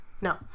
No